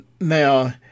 now